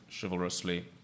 chivalrously